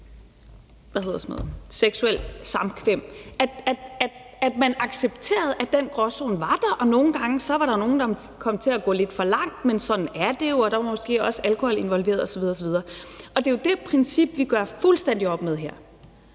i forhold til seksuelt samkvem, altså at man accepterede, at den gråzone var der, og at der nogle gange var nogen, der kom til at gå lidt for langt, hvor man sagde, at sådan er det jo, og måske var der også alkohol involveret osv. osv, og det er jo det princip, vi gør fuldstændig op med her.